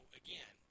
again